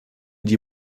die